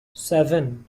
seven